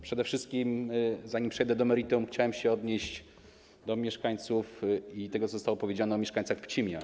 Przede wszystkim zanim przejdę do meritum, chciałem się odnieść do mieszkańców i tego, co zostało powiedziane o mieszkańcach Pcimia.